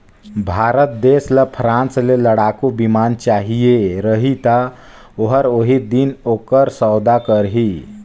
भारत देस ल फ्रांस ले लड़ाकू बिमान चाहिए रही ता ओहर ओही दिन ओकर सउदा करही